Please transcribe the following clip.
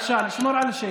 בבקשה לשמור על שקט.